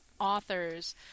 authors